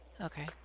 Okay